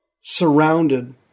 surrounded